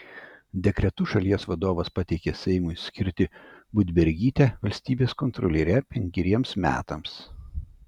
dekretu šalies vadovas pateikė seimui skirti budbergytę valstybės kontroliere penkeriems metams